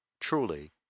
Truly